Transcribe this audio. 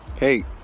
Hey